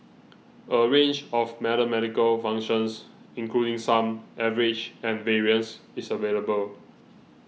a range of mathematical functions including sum average and variance is available